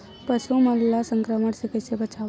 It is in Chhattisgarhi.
पशु मन ला संक्रमण से कइसे बचाबो?